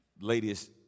Ladies